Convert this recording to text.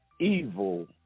evil